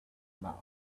mouth